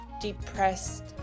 depressed